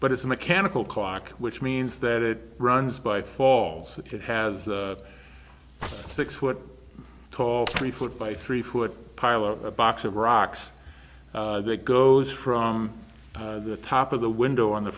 but it's a mechanical clock which means that it runs by falls it has a six foot tall three foot by three foot pile of a box of rocks that goes from the top of the window on the